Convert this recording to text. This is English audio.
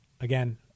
again